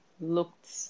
looked